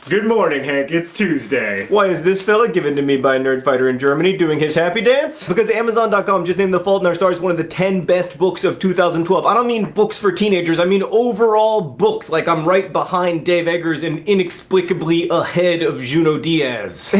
good morning, hank. it's tuesday. why is this fellow, given to me by a nerdfighter in germany, doing his happy dance? because amazon dot com just named the fault in our stars one of the ten best books of two thousand and twelve. i don't mean books for teenagers, i mean overall books, like i'm right behind dave eggers and inexplicably ahead of junot diaz. hank,